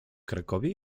krakowie